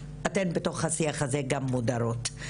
אתן בתוך השיח הזה גם מודרות.